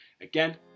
again